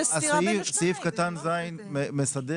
הסעיף, סעיף קטן (ז) מסדר